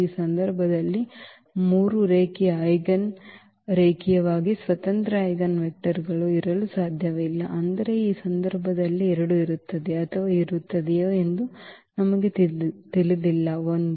ಈ ಸಂದರ್ಭದಲ್ಲಿ ಮೂರು ರೇಖೀಯ ಐಜೆನ್ ರೇಖೀಯವಾಗಿ ಸ್ವತಂತ್ರ ಐಜೆನ್ವೆಕ್ಟರ್ಗಳು ಇರಲು ಸಾಧ್ಯವಿಲ್ಲ ಆದರೆ ಈ ಸಂದರ್ಭದಲ್ಲಿ 2 ಇರುತ್ತದೆ ಅಥವಾ ಇರುತ್ತದೆಯೇ ಎಂದು ನಮಗೆ ತಿಳಿದಿಲ್ಲ 1